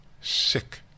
sick